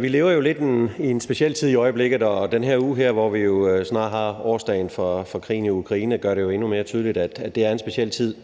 Vi lever jo lidt i en speciel tid i øjeblikket, og den her uge, hvor vi jo snart har årsdagen for krigen i Ukraine, gør det endnu mere tydeligt, at det er en speciel tid.